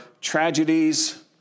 tragedies